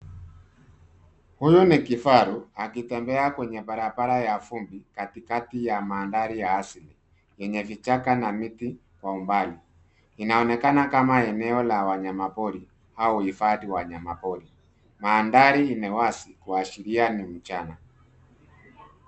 Huyu ni kifaru akitembea kwenye barabara ya vumbi katikati ya mandhari ya asili yenye vichaka na miti kwa mbali. Inaonekana kama eneo la wanyamapori au hifadhi ya wanyamapori. Mandhari ina wazi kuashiria ni mchana.